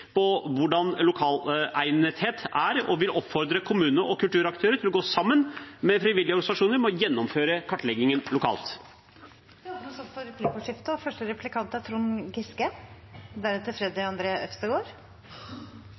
hvordan lokalegnetheten er, og vil oppfordre kommunene og kulturaktører til å gå sammen med frivillige organisasjoner om å gjennomføre kartleggingen lokalt. Det blir replikkordskifte.